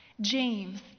James